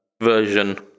version